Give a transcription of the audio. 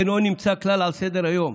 אינו נמצא כלל על סדר-היום.